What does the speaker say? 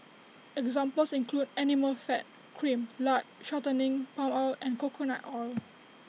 examples include animal fat cream lard shortening palm oil and coconut oil